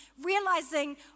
realizing